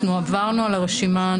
אנחנו עברנו על הרשימה,